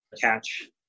catch